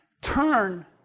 Turn